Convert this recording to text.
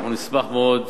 ואנחנו נשמח מאוד